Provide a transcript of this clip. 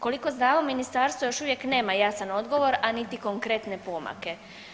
Koliko znamo ministarstvo još uvijek nema jasan odgovor, a niti konkretne pomake.